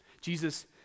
Jesus